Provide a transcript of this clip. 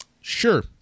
Sure